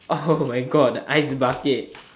oh my god the ice bucket